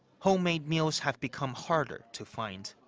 home-made meals have become harder to find.